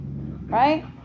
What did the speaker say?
Right